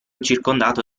circondato